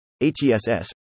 ATSS